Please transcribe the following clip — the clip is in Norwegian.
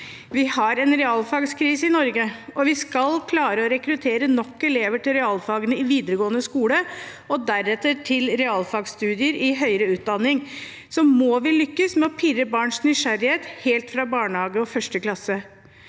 Vi har en realfagskrise i Norge. Skal vi klare å rekruttere nok elever til realfagene i videregående skole og deretter til realfagsstudier i høyere utdanning, må vi lykkes med å pirre barns nysgjerrighet helt fra barnehage og 1. klasse.